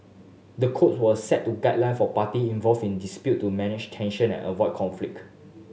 the code will set to guideline for party involve in dispute to manage tension and avoid conflict